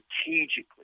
strategically